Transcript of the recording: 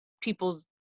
people's